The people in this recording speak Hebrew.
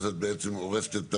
את בעצם הורסת את הבניין.